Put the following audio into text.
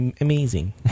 amazing